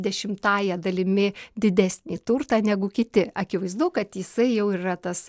dešimtąja dalimi didesnį turtą negu kiti akivaizdu kad jisai jau yra tas